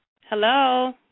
Hello